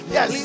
Yes